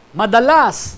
madalas